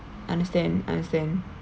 understand understand